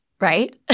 right